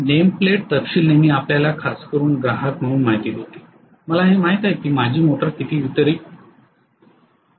name plate तपशील नेहमी आपल्याला खासकरुन ग्राहक म्हणून माहिती देते मला हे माहित आहे की माझी मोटर किती वितरित करू शकते